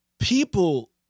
people